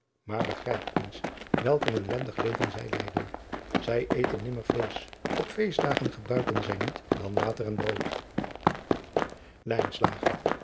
maar begrijp eens welk een ellendig leven zij leiden ij eten nimmer vleesch p feestdagen gebruiken zij niet dan water en brood